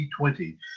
2020